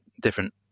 different